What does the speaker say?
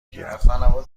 گیرم